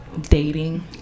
Dating